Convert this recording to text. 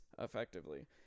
effectively